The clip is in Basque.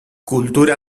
kultura